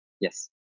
yes